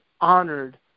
honored